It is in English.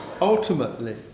ultimately